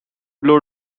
blow